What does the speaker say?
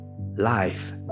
life